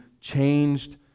changed